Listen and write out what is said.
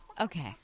Okay